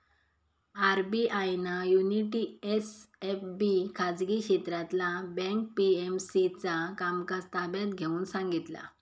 RBI ना Unity SFB खाजगी क्षेत्रातला बँक पी.एम.सी चा कामकाज ताब्यात घेऊन सांगितला